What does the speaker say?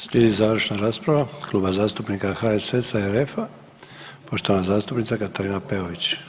Slijedi završna rasprava Kluba zastupnika HSS-a i RFA poštovana zastupnica Katarina Peović.